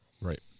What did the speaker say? Right